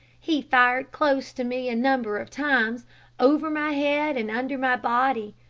he fired close to me a number of times over my head and under my body.